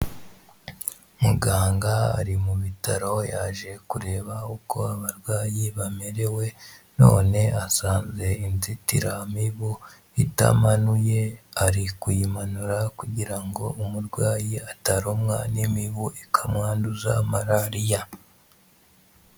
Muganga ari mu bitaroho yaje kureba uko abarwayi bamerewe, none asanze inzitiramibu itamanuye, ari kuyimanura kugira ngo umurwayi atarumwa n'imibu ikamwanduza malariya.